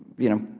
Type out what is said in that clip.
you know,